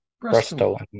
bristol